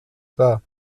pas